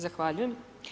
Zahvaljujem.